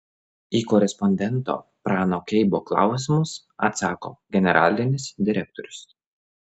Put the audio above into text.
į korespondento prano keibo klausimus atsako generalinis direktorius